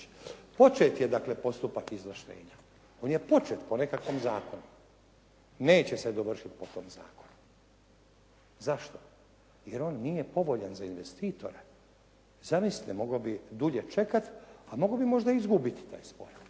Počet je dakle postupak izvlaštenja, on je počet po nekakvom zakonu. Neće se dovršiti po tom zakonu. Zašto? Jer on nije povoljan za investitore. Zamislite, mogao bi dulje čekati, a mogao bi možda izgubiti …